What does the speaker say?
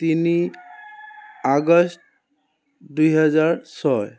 তিনি আগষ্ট দুহেজাৰ ছয়